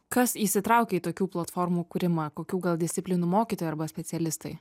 kas įsitraukė į tokių platformų kūrimą kokių gal disciplinų mokytojai arba specialistai